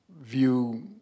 view